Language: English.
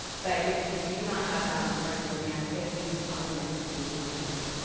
but if you do not have that on the front of the plan, at least on the next page would be great.